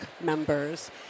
members